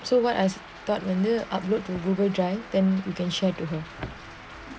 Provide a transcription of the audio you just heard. so what I have got from here upload to google drive then you can share to her